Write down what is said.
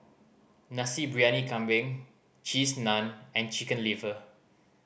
Nasi Briyani Kambing Cheese Naan and Chicken Liver